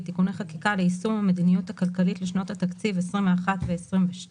(תיקוני חקיקה ליישום המדיניות הכלכלית לשנות התקציב 2021 ו־2022),